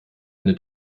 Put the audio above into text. eine